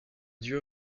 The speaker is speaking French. duo